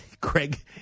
Craig